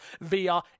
via